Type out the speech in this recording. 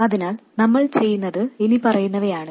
അതിനാൽ നമ്മൾ ചെയ്യുന്നത് ഇനിപ്പറയുന്നവയാണ്